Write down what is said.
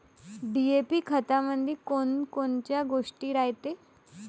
DAP खतामंदी कोनकोनच्या गोष्टी रायते?